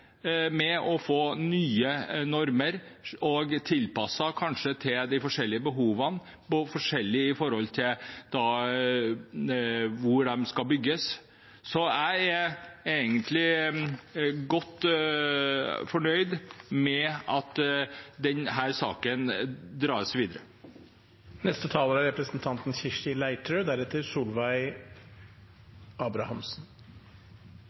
med å få nye normer, kanskje tilpasset de forskjellige behovene ut fra hvor det skal bygges. Så jeg er egentlig godt fornøyd med at denne saken tas videre. Arbeiderpartiet er